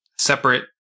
separate